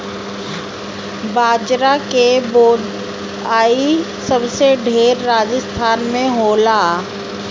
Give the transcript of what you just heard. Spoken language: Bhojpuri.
बजरा के बोआई सबसे ढेर राजस्थान में होला